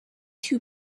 too